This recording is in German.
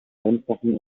einfachen